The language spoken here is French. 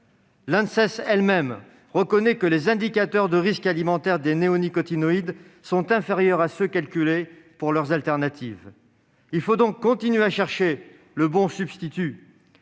L'Anses, elle-même, reconnaît que les indicateurs de risque alimentaire des néonicotinoïdes sont inférieurs à ceux des solutions alternatives. Il faut donc continuer à chercher le bon substitut,